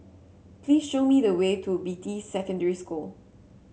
please show me the way to Beatty Secondary School